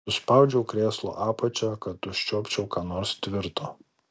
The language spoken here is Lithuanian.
suspaudžiau krėslo apačią kad užčiuopčiau ką nors tvirto